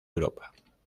europa